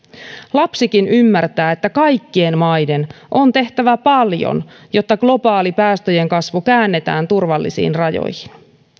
lapsikin ymmärtää että kaikkien maiden on tehtävä paljon jotta globaali päästöjen kasvu käännetään turvallisiin rajoihin